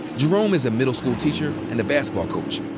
jerome is a middle school teacher and a basketball coach.